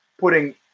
putting